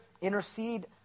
Intercede